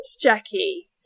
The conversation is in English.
Jackie